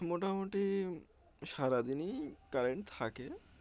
মোটামুটি সারাদিনই কারেন্ট থাকে